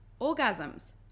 Orgasms